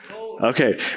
Okay